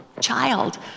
child